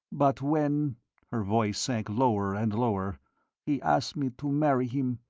but when her voice sank lower and lower he asked me to marry him,